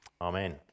Amen